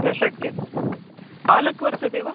न शक्यते पालक् वर्तते वा